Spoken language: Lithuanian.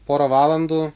porą valandų